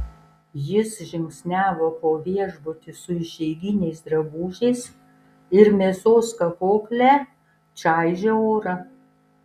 jis žingsniavo po viešbutį su išeiginiais drabužiais ir mėsos kapokle čaižė orą